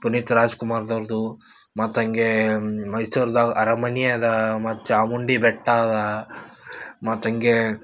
ಪುನೀತ್ ರಾಜ್ಕುಮಾರ್ ಅವ್ರ್ದು ಮತ್ತು ಹಂಗೇ ಮೈಸೂರ್ದಾಗ ಅರಮನೆ ಅದ ಮತ್ತು ಚಾಮುಂಡಿ ಬೆಟ್ಟ ಅದ ಮತ್ತು ಹಂಗೇ